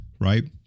right